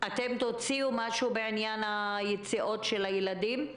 אתם תוציאו משהו בעניין היציאות של הילדים?